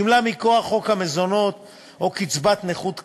גמלה מכוח חוק המזונות או קצבת נכות כללית,